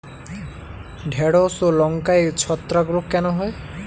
ঢ্যেড়স ও লঙ্কায় ছত্রাক রোগ কেন হয়?